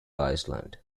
island